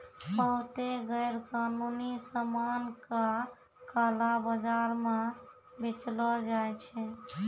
बहुते गैरकानूनी सामान का काला बाजार म बेचलो जाय छै